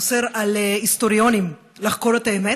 אוסר על היסטוריונים לחקור את האמת,